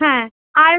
হ্যাঁ আর